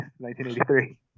1983